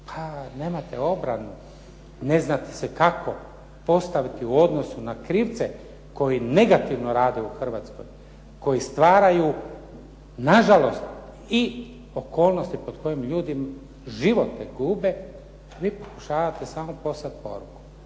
Pa nemate obrane, ne znate se kako postaviti u odnosu na krivce koji negativno rade u Hrvatskoj, koji stvaraju nažalost i okolnosti pod kojim ljudi živote gube vi pokušavate samo poslat poruku